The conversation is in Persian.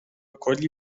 کلی